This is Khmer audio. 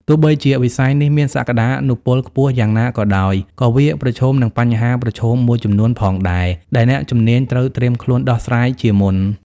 ទោះបីជាវិស័យនេះមានសក្កានុពលខ្ពស់យ៉ាងណាក៏ដោយ ក៏វាប្រឈមនឹងបញ្ហាប្រឈមមួយចំនួនផងដែរ ដែលអ្នកជំនាញត្រូវត្រៀមខ្លួនដោះស្រាយជាមុន។